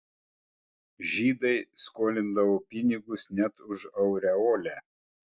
žydai skolindavo pinigus net už aureolę